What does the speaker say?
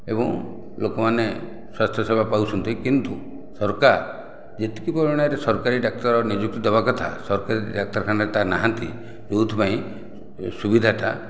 ଏବଂ ଲୋକମାନେ ସ୍ୱାସ୍ଥ୍ୟ ସେବା ପାଉଛନ୍ତି କିନ୍ତୁ ସରକାର ଯେତିକି ପରିମାଣରେ ସରକାରୀ ଡାକ୍ତର ନିଯୁକ୍ତି ଦେବା କଥା ସରକାରୀ ଡାକ୍ତରଖାନାରେ ତାହା ନାହାନ୍ତି ଯେଉଁଥିପାଇଁ ଏ ସୁବିଧାଟା